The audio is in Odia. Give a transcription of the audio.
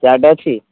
ଚାଟ୍ ଅଛି